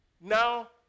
Now